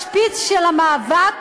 בשפיץ של המאבק,